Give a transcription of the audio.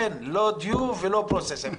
אין פה לא due ולא process.